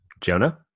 Jonah